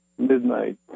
Midnight